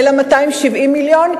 אלא 270 מיליון,